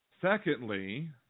secondly